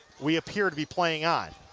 we appear to be playing on